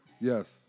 Yes